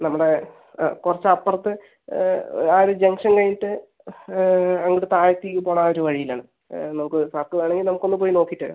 നമ്മുടെ കുറച്ച് അപ്പുറത്ത് ആ ഒരു ജംഗ്ഷൻ കഴിഞ്ഞിട്ട് അങ്ങോട്ടു താഴത്തേക്ക് പോവണ ആ ഒരു വഴിയിൽ ആണ് നമുക്ക് സാറിന് വേണമെങ്കിൽ നമുക്കൊന്ന് പോയി നോക്കിയിട്ട് വരാം